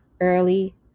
early